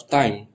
time